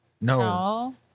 No